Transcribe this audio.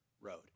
road